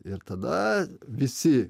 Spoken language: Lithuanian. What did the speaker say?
ir tada visi